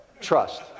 Trust